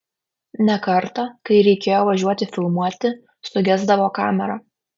ne kartą kai reikėjo važiuoti filmuoti sugesdavo kamera